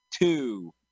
two